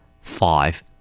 five